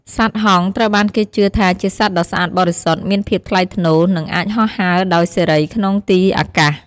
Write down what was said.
សត្វហង្សត្រូវបានគេជឿថាជាសត្វដ៏ស្អាតបរិសុទ្ធ មានភាពថ្លៃថ្នូរ និងអាចហោះហើរដោយសេរីក្នុងទីអាកាស។